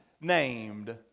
named